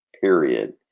period